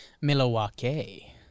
Milwaukee